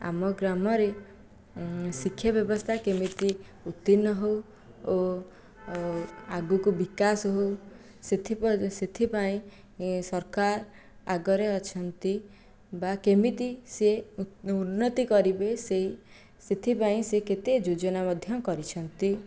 ଆମ ଗ୍ରାମରେ ଶିକ୍ଷା ବ୍ୟବସ୍ଥା କେମିତି ଉତ୍ତୀର୍ଣ୍ଣ ହେଉ ଓ ଆଗକୁ ବିକାଶ ହେଉ ସେଥିପ୍ରତି ସେଥିପାଇଁ ସରକାର ଆଗରେ ଅଛନ୍ତି ବା କେମିତି ସିଏ ଉନ୍ନତି କରିବେ ସେ ସେଥିପାଇଁ ସେ କେତେ ଯୋଜନା ମଧ୍ୟ କରିଛନ୍ତି